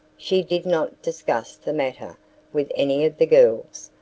she did not discuss the matter with any of the girls,